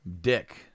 Dick